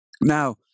Now